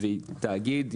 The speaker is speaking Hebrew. והיא תאגיד,